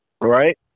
right